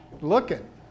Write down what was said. looking